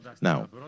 Now